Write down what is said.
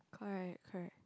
correct correct